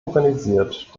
organisiert